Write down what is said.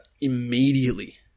immediately